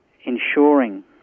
ensuring